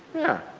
yeah.